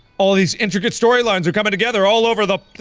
all these intricate story lines are coming together all over the.